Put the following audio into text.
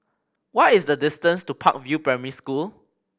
what is the distance to Park View Primary School